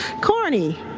Corny